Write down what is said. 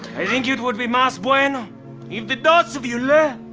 i think it would be mas bueno if the dos of you left.